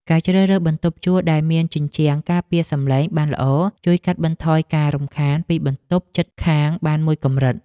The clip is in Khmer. ការជ្រើសរើសបន្ទប់ជួលដែលមានជញ្ជាំងការពារសំឡេងបានល្អជួយកាត់បន្ថយការរំខានពីបន្ទប់ជិតខាងបានមួយកម្រិត។